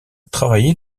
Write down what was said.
travailler